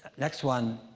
next one,